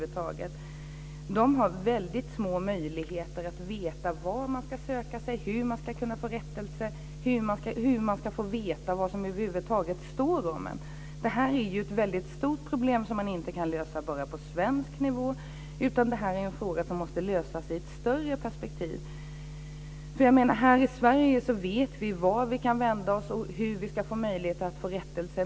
De har små möjligheter att veta var de ska söka sig, hur de ska få rättelse, hur de ska få veta vad som över huvud taget står om dem. Det är ett stort problem som inte bara kan lösas på svensk nivå, utan det är en fråga som måste lösas i ett större perspektiv. Här i Sverige vet vi var vi kan vända oss och hur vi kan få möjlighet till rättelse.